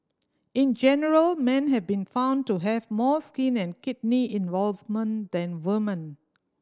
in general men have been found to have more skin and kidney involvement than woman